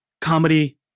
Comedy